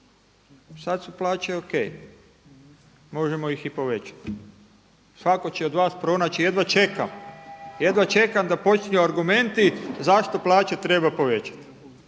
Sad su plaće OK. Možemo ih i povećati. Svatko će od vas pronaći, jedva čeka da počnu argumenti zašto plaće treba povećati.